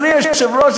אדוני היושב-ראש,